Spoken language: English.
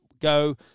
go